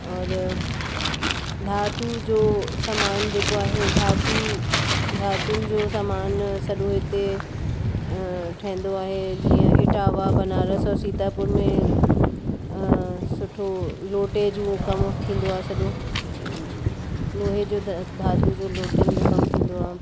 और धातु जो सामानु जेको आहे धातु धातुनि जो सामानु सॼो हिते ठहंदो आहे जीअं इटावा बनारस और सीतापुर में सुठो लोटे जूं कमु थींदो आहे सॼो लोहे जो धातु जो लोटनि जो कमु थींदो आहे